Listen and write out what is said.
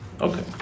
Okay